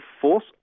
force